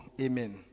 Amen